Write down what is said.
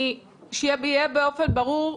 שיהיה באופן ברור,